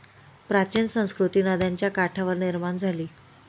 प्राचीन संस्कृती नद्यांच्या काठावर निर्माण झाली